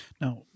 Now